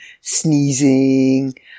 Sneezing